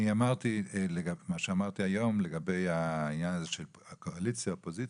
מה שאמרתי היום לגבי העניין הזה של קואליציה/אופוזיציה,